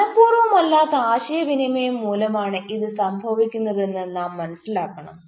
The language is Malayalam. മനപൂർവമല്ലാത്ത ആശയവിനിമയം മൂലമാണ് ഇത് സംഭവിക്കുന്നതെന്ന് നാം മനസിലാക്കണം